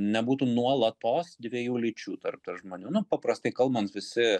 nebūtų nuolatos dviejų lyčių tarp žmonių nu paprastai kalbant visi